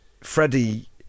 freddie